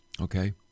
Okay